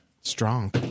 Strong